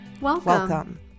Welcome